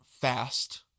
fast